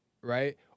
right